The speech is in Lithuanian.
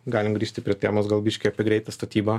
galim grįžti prie temos gal biški apie greitą statybą